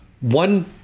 one